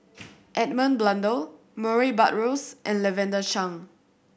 Edmund Blundell Murray Buttrose and Lavender Chang